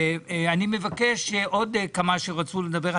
היו עוד כמה שרצו לדבר.